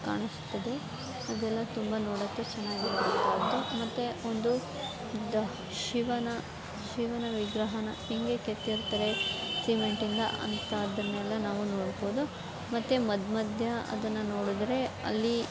ಕಾಣಿಸುತ್ತದೆ ಅದೆಲ್ಲ ತುಂಬ ನೋಡೋಕ್ಕೆ ಚೆನ್ನಾಗಿರುವಂತಹದ್ದು ಮತ್ತು ಒಂದು ದ ಶಿವನ ಶಿವನ ವಿಗ್ರಹನ ಹೇಗೆ ಕೆತ್ತಿರ್ತಾರೆ ಸಿಮೆಂಟಿಂದ ಅಂಥದ್ದನ್ನೆಲ್ಲ ನಾವು ನೋಡ್ಬೋದು ಮತ್ತು ಮಧ್ಯಮಧ್ಯ ಅದನ್ನು ನೋಡಿದರೆ ಅಲ್ಲಿ